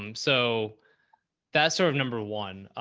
um so that's sort of number one,